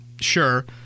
Sure